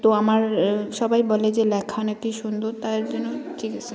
তো আমার সবাই বলে যে লেখা না কি সুন্দর তার জন্য ঠিক আসে